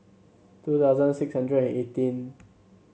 two thousand six hundred and eighteen